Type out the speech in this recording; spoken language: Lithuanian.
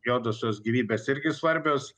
juodosios gyvybės irgi svarbios